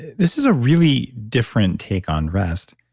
this is a really different take on rest,